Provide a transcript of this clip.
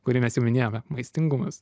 kurį mes jau minėjome maistingumas